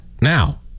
Now